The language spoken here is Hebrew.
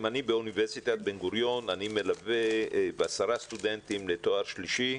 אם אני באוניברסיטת בן גוריון ואני מלווה 10 סטודנטים לתואר שלישי,